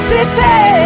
City